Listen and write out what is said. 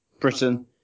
Britain